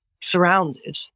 surrounded